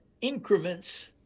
increments